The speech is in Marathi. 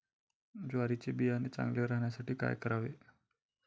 ज्वारीचे बियाणे चांगले राहण्यासाठी काय करावे?